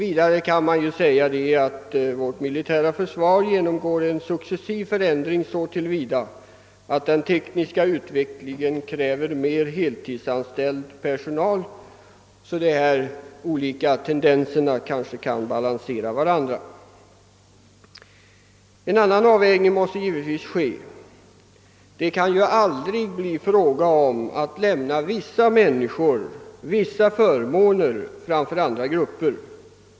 Vidare kan man säga att vårt militära försvar genomgår en successiv förändring så till vida att den tekniska utvecklingen kräver mer heltidsanställd personal. Dessa olika tendenser kanske kan balansera varandra. En annan avvägning måste givetvis göras. Det kan aldrig bli fråga om att lämna en grupp vissa förmåner framför andra grupper.